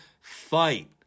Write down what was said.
fight